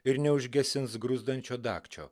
ir neužgesins gruzdančio dagčio